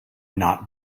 not